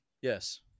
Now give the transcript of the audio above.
Yes